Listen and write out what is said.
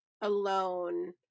alone